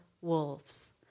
wolves